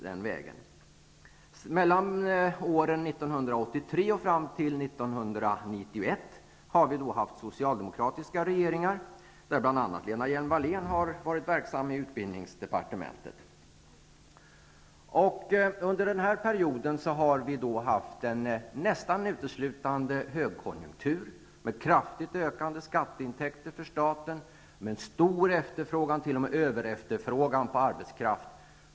Mellan åren 1983 och 1991 har vi haft socialdemokratiska regeringar, där bl.a. Lena Hjelm-Wallén har varit verksam inom utbildningsdepartemenet. Under denna period var det nästan uteslutande högkonjunktur med kraftigt ökande skatteintäkter för staten. Det var stor efterfrågan, t.o.m. överefterfrågan, på arbetskraft.